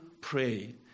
pray